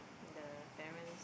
the parents